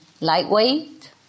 lightweight